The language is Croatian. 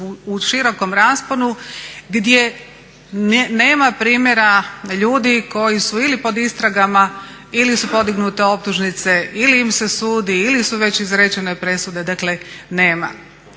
u širokom rasponu gdje nema primjera ljudi koji su ili pod istragama, ili su podignute optužnice, ili im se sudi, ili su već izrečene presude dakle nema.